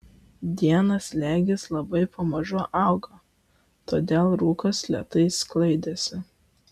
dieną slėgis labai pamažu augo todėl rūkas lėtai sklaidėsi